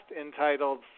entitled